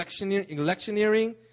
electioneering